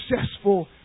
successful